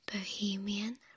Bohemian